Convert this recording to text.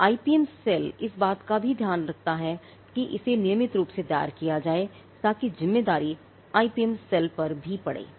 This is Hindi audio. तो आईपीएम सेल इस बात का भी ध्यान रखता है कि इसे नियमित रूप से दायर किया जाए ताकि जिम्मेदारी आईपीएम सेल पर भी पड़े